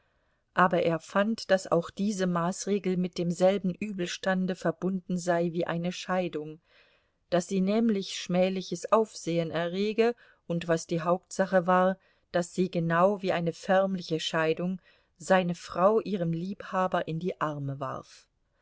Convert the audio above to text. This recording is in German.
aber er fand daß auch diese maßregel mit demselben übelstande verbunden sei wie eine scheidung daß sie nämlich schmähliches aufsehen errege und was die hauptsache war daß sie genau wie eine förmliche scheidung seine frau ihrem liebhaber in die arme warf